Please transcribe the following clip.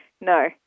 No